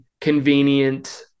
convenient